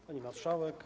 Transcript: Pani Marszałek!